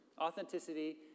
authenticity